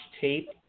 tape